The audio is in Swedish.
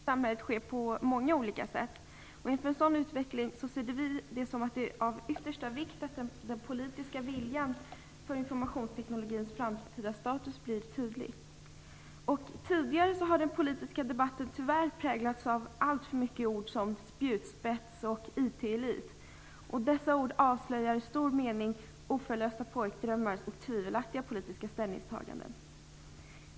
Fru talman! Informationsteknikens utveckling i samhället sker på många olika sätt. Inför en sådan utveckling anser vi att det är av yttersta vikt att den politiska viljan vad gäller informationsteknologins framtida status blir tydlig. Tidigare har den politiska debatten tyvärr präglats av alltför många ord som "spjutspets" och "IT-elit". Dessa ord avslöjar i stor utsträckning oförlösta pojkdrömmar och tvivelaktiga politiska ställningstaganden.